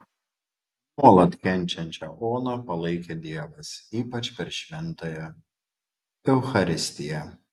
nuolat kenčiančią oną palaikė dievas ypač per šventąją eucharistiją